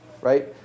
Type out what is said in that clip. right